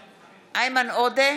עודה,